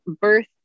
birth